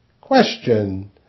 Question